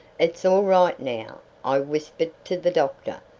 it's all right now, i whispered to the doctor.